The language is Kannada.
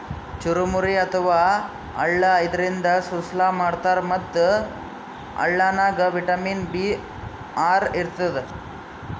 ಚುರಮುರಿ ಅಥವಾ ಅಳ್ಳ ಇದರಿಂದ ಸುಸ್ಲಾ ಮಾಡ್ತಾರ್ ಮತ್ತ್ ಅಳ್ಳನಾಗ್ ವಿಟಮಿನ್ ಬಿ ಆರ್ ಇರ್ತದ್